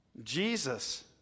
Jesus